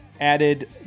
added